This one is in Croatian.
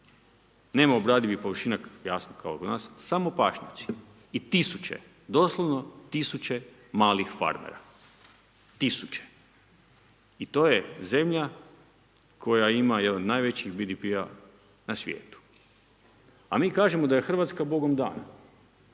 nema obradivih površina, jasno kao kod nas, samo pašnjaci i tisuće, doslovno tisuće malih farmera. Tisuće. I to je zemlja, koja ima jedan od najvećih BDP-a na svijetu. A mi kažemo da je Hrvatska Bogom dana,